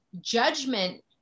judgment